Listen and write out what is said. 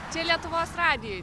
čia lietuvos radijui